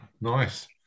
nice